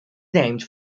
named